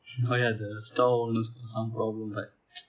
oh ya the stove உள்ள:ulle some problem right